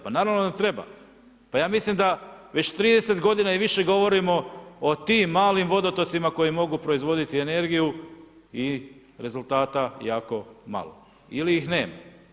Pa naravno da treba, ja mislim da već 30 g. i više govorimo o tim malim vodotocima koji mogu proizvoditi energiju i rezultata jako malo ili ih nema.